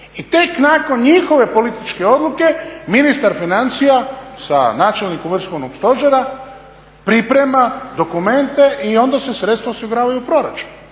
I tek nakon njihove političke odluke ministar financija sa načelnikom vrhovnog stožera priprema dokumente i onda se sredstva osiguravaju u proračunu.